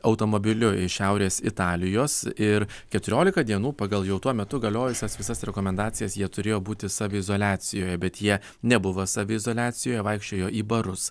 automobiliu iš šiaurės italijos ir keturiolika dienų pagal jau tuo metu galiojusias visas rekomendacijas jie turėjo būti saviizoliacijoje bet jie nebuvo saviizoliacijoje vaikščiojo į barus